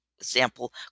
example